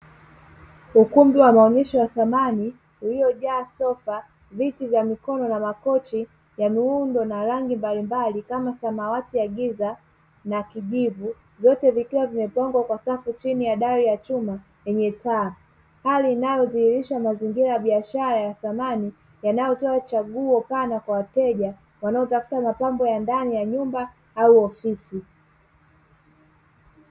Ukumbi wa maonyesho ya samani uliyojaa sofa, viti vya mikono na makochi ya muundo na rangi mbalimbali kama samawati ya giza na kijivu vyote vikiwa vimepangwa kwa safu chini ya dari ya chuma yenye taa. Hali inayoridhiririsha mazingira ya biashara ya samani yanayotoa chaguo pana kwa wateja wanaotafuta mapambo ya ndani ya nyumba au ya ofisi.